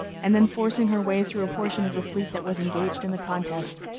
and then forcing her way through a portion of the fleet that was engaged in the contest,